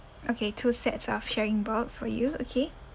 okay two sets of sharing box for you okay